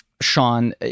Sean